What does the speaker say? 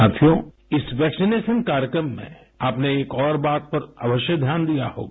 साथियो इस वैक्सीनेशन कार्यक्रम में आपने एक और बात पर अवश्य ध्यान दिया होगा